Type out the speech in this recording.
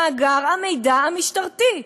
במאגר המידע המשטרתי.